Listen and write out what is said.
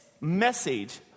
message